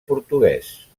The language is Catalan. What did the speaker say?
portuguès